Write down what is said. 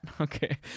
okay